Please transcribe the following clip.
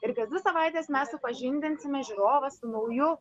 ir kas dvi savaites mes supažindinsime žiūrovą su nauju